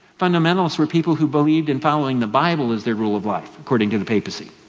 fundamentalists were people who believed in following the bible as the rule of life, according to the papacy.